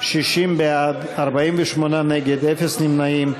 60 בעד, 48 נגד, אפס נמנעים.